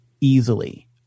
easily